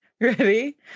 Ready